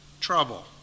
trouble